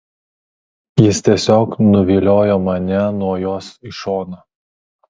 jis tiesiog nuviliojo mane nuo jos į šoną